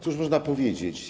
Cóż można powiedzieć?